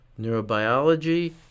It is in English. neurobiology